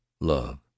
love